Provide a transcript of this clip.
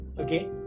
okay